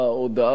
הודעה,